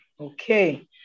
Okay